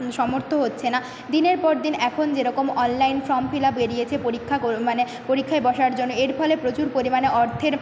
সমর্থ হচ্ছে না দিনের পর দিন এখন যেরকম অনলাইন ফর্ম ফিল আপ বেড়িয়েছে পরীক্ষা গো মানে পরীক্ষায় বসার জন্য এর ফলে প্রচুর পরিমাণে অর্থের